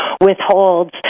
withholds